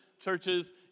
Churches